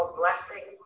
blessing